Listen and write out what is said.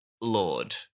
Lord